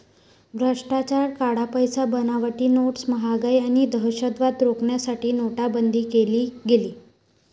भ्रष्टाचार, काळा पैसा, बनावटी नोट्स, महागाई आणि दहशतवाद रोखण्यासाठी नोटाबंदी केली गेली